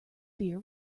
beer